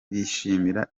bishimira